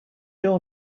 your